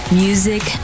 music